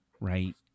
right